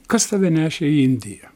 kas tave nešė į indiją